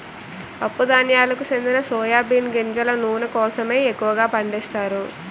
పప్పు ధాన్యాలకు చెందిన సోయా బీన్ గింజల నూనె కోసమే ఎక్కువగా పండిస్తారు